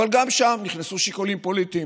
אבל גם שם נכנסו שיקולים פוליטיים: